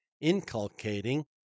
inculcating